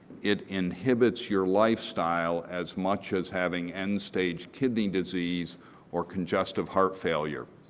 it inhibits your lifestyle as much as having end-stage kidney disease or congestive heart failure.